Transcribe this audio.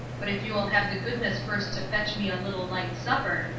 but if you will have the goodness first to fetch me a little light supper,